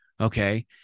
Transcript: okay